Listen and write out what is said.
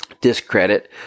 discredit